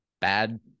bad